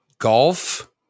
Golf